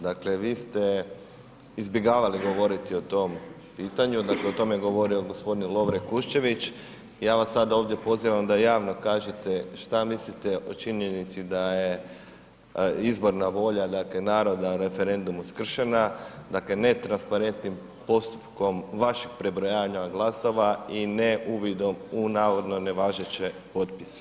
Dakle vi ste izbjegavali govoriti o tom pitanju, dakle o tome je govorio g. Lovre Kuščević, ja vas sad ovdje pozivam da javno kažete šta mislite o činjenici da je izborna volja naroda referendumom skršena, dakle netransparentnim postupkom vašeg prebrojavanja glasova i ne uvidom u navodno ne važeće potpise.